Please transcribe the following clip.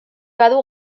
badu